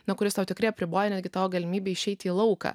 nuo kuris tau tikrai apriboja netgi tavo galimybė išeiti į lauką